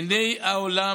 עיני העולם